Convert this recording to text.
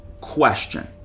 question